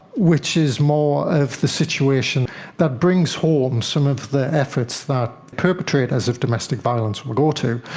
which is more of the situation that brings home some of the efforts that perpetrators of domestic violence will go to,